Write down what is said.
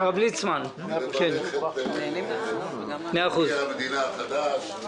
את מבקר המדינה החדש.